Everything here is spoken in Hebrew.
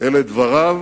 אלה דבריו